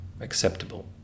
acceptable